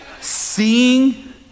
Seeing